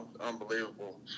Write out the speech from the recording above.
unbelievable